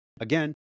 Again